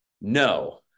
No